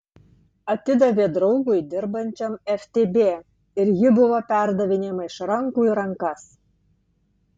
atidavė draugui dirbančiam ftb ir ji buvo perdavinėjama iš rankų į rankas